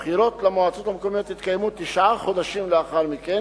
הבחירות למועצות המקומיות יתקיימו תשעה חודשים לאחר מכן,